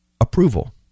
approval